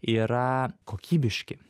yra kokybiški